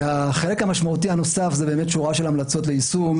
והחלק המשמעותי הנוסף זה באמת שורה של המלצות ליישום,